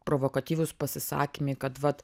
provokatyvūs pasisakymai kad